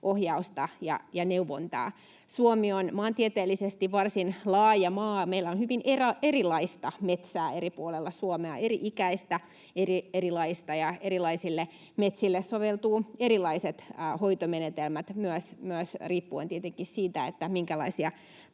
ohjausta ja neuvontaa. Suomi on maantieteellisesti varsin laaja maa. Meillä on hyvin erilaista metsää eri puolilla Suomea, eri ikäistä, erilaista, ja erilaisille metsille soveltuvat erilaiset hoitomenetelmät myös riippuen tietenkin siitä, minkälaisia